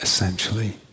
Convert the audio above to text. Essentially